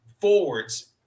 forwards